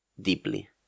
deeply